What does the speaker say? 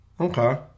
Okay